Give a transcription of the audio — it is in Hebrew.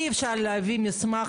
אני אדבר איתך אחר כך בנפרד.